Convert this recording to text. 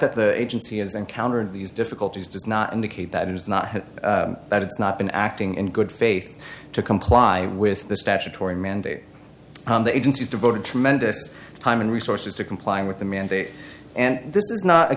that the agency has encountered these difficulties does not indicate that it is not that it's not been acting in good faith to comply with the statutory mandate on the agencies devoted tremendous time and resources to complying with the mandate and this is not a